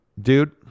dude